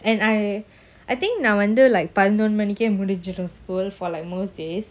and I I think now வந்து:vandhu like பதினோருமணிக்கேமுடிஞ்சிடும்:pathinoru manikke mudinjidum school for like most days